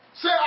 Say